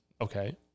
Okay